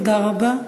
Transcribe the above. תודה רבה.